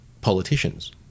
politicians